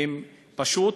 כי פשוט,